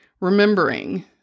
remembering